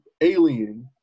alien